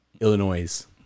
Illinois